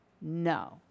No